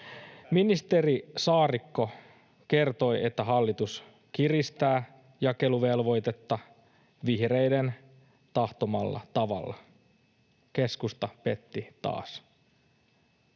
Ministeri Saarikko kertoi, että hallitus kiristää jakeluvelvoitetta vihreiden tahtomalla tavalla. Keskusta petti taas.